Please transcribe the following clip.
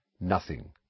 Nothing